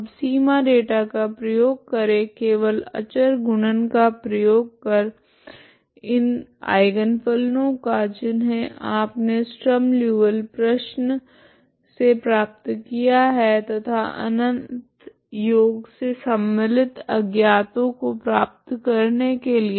अब सीमा डेटा का प्रयोग करे केवल अचर गुणन का प्रयोग करे इन आइगन फलनों का जिन्हे आपने स्ट्रीम लीऔविल्ले प्रश्न से प्राप्त किया है तथा अनंत योग मे सम्मिलित अज्ञातों को प्राप्त करने के लिए